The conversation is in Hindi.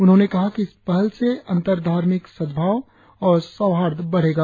उन्होंने कहा कि इस पहल से अंतर्धार्मिक सद्भाव और सौहार्द बढ़ेगा